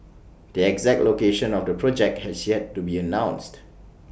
the exact location of the project has yet to be announced